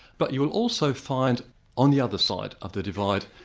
but you will also find on the other side of the divide,